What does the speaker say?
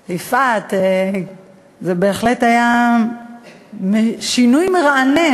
יפעת, זה בהחלט היה שינוי מרענן.